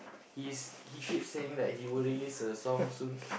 he's he keep saying that he will release a song soon